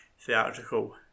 theatrical